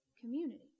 community